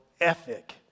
ethic